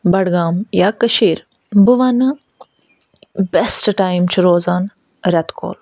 بَڈگام یا کٔشیٖر بہٕ وَنہٕ بٮ۪سٹ ٹایِم چھِ روزان رٮ۪تہٕ کول